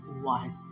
one